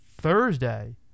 Thursday